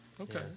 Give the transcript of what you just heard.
Okay